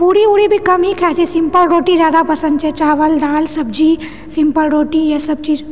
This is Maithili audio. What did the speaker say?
पूरी वूरी भी कम ही खाइ छियै सिम्पल रोटी जादा पसन्द छै चावल दालि सब्जी सिम्पल रोटी ये सब चीज